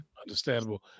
understandable